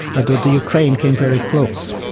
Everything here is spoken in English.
although the ukraine came very close.